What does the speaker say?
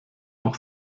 auch